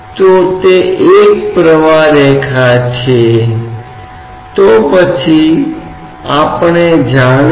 कई बार A set पर यह दबाव वातावरणीय है इसलिए इसे उद्धरण के रूप में लिया जा सकता है